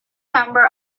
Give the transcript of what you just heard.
member